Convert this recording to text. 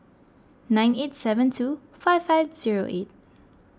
nine eight seven two five five zero eight